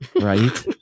Right